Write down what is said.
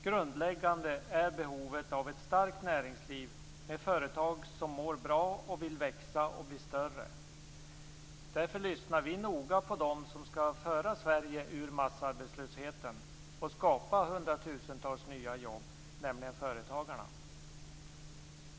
Grundläggande är behovet av ett starkt näringsliv med företag som mår bra och vill växa och bli större. Därför lyssnar vi noga på dem som skall föra Sverige ur massarbetslösheten och skapa hundratusentals nya jobb, nämligen företagarna.